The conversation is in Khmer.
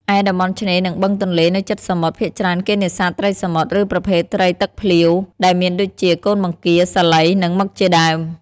ឯ តំបន់ឆ្នេរ និងបឹងទន្លេនៅជិតសមុទ្រ ភាគច្រើនគេនេសាទត្រីសមុទ្រ ឬប្រភេទត្រីទឹកភ្លាវ ដែលមានដូចជា កូនបង្គា សាលី និងមឹកជាដ់ើម។